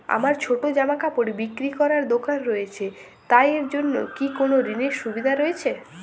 আমার ছোটো জামাকাপড় বিক্রি করার দোকান রয়েছে তা এর জন্য কি কোনো ঋণের সুবিধে রয়েছে?